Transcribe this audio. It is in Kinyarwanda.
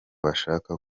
bashaka